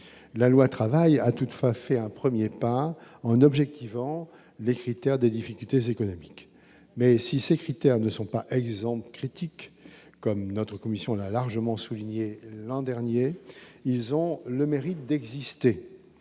la loi travail a toutefois fait un 1er pas en objective en les critères des difficultés économiques, mais si ces critères ne sont pas exemple critique comme notre commission largement souligné l'an dernier, ils ont le mérite d'exister,